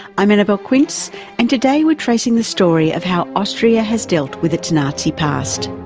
i'm annabelle quince and today we're tracing the story of how austria has dealt with its nazi past.